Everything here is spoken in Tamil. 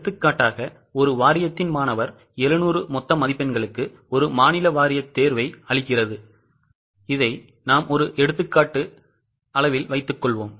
எடுத்துக்காட்டாக ஒரு வாரியத்தின் மாணவர் 700 மொத்த மதிப்பெண்களுக்கு ஒரு மாநில வாரியம் தேர்வை அளிக்கிறது என்று வைத்துக்கொள்வோம்